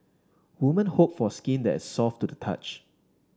woman hope for skin that soft to the touch